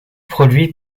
produit